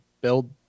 build